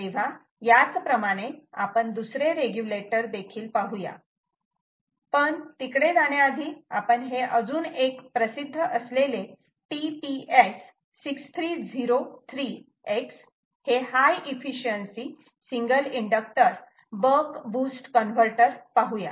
तेव्हा याच प्रमाणे आपण दुसरे रेग्युलेटर देखील पाहूया पण तिकडे जाण्याआधी आपण हे अजून एक प्रसिद्ध असलेले TPS 6303x हे high efficiency single inductor buck boost converter पाहूया